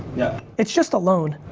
yeah it's just a loan.